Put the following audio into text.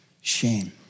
shame